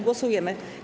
Głosujemy.